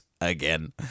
again